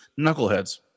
knuckleheads